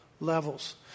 Levels